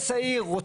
או